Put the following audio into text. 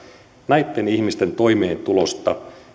näitten ihmisten toimeentulosta